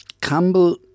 Campbell